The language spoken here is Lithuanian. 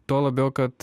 tuo labiau kad